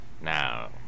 Now